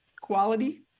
quality